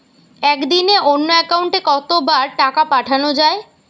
একদিনে অন্য একাউন্টে কত বার টাকা পাঠানো য়ায়?